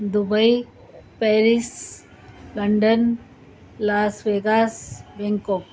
Dubai Paris London Las Vegas Bangkok